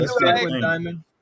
diamond